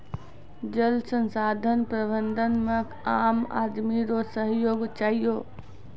जल संसाधन प्रबंधन मे आम आदमी रो सहयोग चहियो